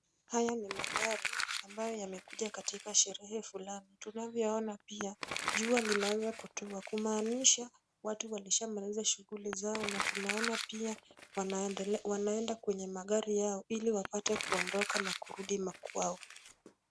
Haya ni magari ambayo yamekuja katika sherehe fulani. Tunavyoona pia jua linaanza kutua, kumaanisha watu walishamaliza shughuli zao na tunaona pia wanaenda kwenye magari yao ili wapate kuondoka na kurudi makwao.